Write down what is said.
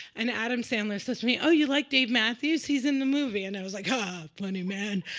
and adam sandler says to me, oh, you like dave matthews? he's in the movie. and i was like, haha, funny man.